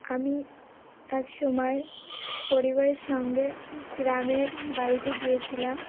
আমি এক সময় পরিবারের সঙ্গে গ্রামের বাড়িতে গিয়েছিলাম